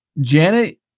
janet